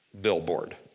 billboard